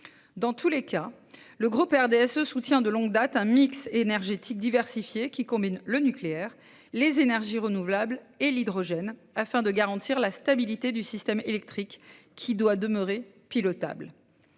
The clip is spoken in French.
Dans tous les cas, le groupe RDSE soutient de longue date un mix énergétique diversifié, combinant nucléaire, énergies renouvelables (EnR) et hydrogène, afin de garantir la stabilité du système électrique, lequel doit demeurer pilotable.